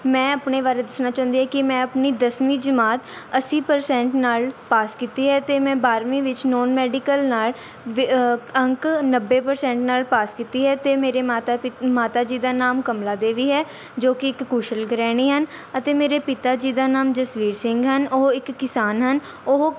ਮੈਂ ਆਪਣੇ ਬਾਰੇ ਦੱਸਣਾ ਚਾਹੁੰਦੀ ਹਾਂ ਕਿ ਮੈਂ ਆਪਣੀ ਦਸਵੀਂ ਜਮਾਤ ਅੱਸੀ ਪ੍ਰਸੈਂਟ ਨਾਲ਼ ਪਾਸ ਕੀਤੀ ਹੈ ਅਤੇ ਮੈਂ ਬਾਰ੍ਹਵੀਂ ਵਿੱਚ ਨੋਨ ਮੈਡੀਕਲ ਨਾਲ਼ ਵ ਅੰਕ ਨੱਬੇ ਪ੍ਰਸੈਂਟ ਨਾਲ ਪਾਸ ਕੀਤੀ ਹੈ ਅਤੇ ਮੇਰੇ ਮਾਤਾ ਪੀ ਮਾਤਾ ਜੀ ਦਾ ਨਾਮ ਕਮਲਾ ਦੇਵੀ ਹੈ ਜੋ ਕਿ ਇੱਕ ਕੁਸ਼ਲ ਗ੍ਰਹਿਣੀ ਹਨ ਅਤੇ ਮੇਰੇ ਪਿਤਾ ਜੀ ਦਾ ਨਾਮ ਜਸਵੀਰ ਸਿੰਘ ਹਨ ਉਹ ਇੱਕ ਕਿਸਾਨ ਹਨ ਉਹ